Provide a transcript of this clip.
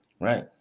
right